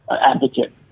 advocate